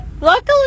Luckily